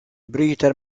bryter